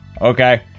Okay